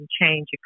change